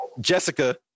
Jessica